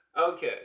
Okay